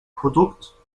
produkt